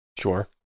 Sure